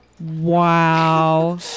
wow